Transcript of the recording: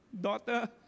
daughter